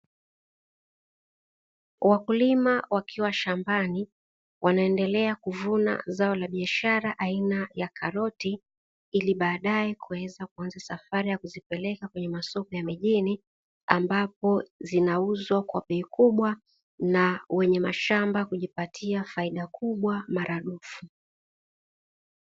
Wakulima wakiwa shambani wanaendelea kuvuna zao la biashara aina ya karoti, ili baadae kuweza kuanza safari ya kuweza kuzipeleka kwenye masoko ya mijini, ambapo zinauzwa kwa bei kubwa na wenye mashamba kujipatia faida kubwa mara dufu.